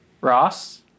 Ross